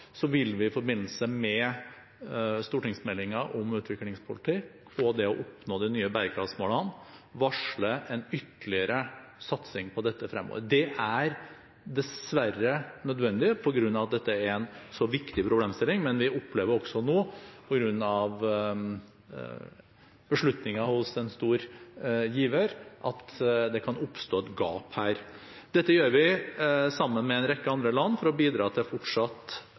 vil vi i forbindelse med stortingsmeldingen om utviklingspolitikk og det å oppnå de nye bærekraftsmålene, varsle en ytterligere satsing på dette fremover. Det er dessverre nødvendig på grunn av at dette er en så viktig problemstilling, men vi opplever også nå, grunnet beslutninger hos en stor giver, at det kan oppstå et gap her. Dette gjør vi sammen med en rekke andre land for å bidra til fortsatt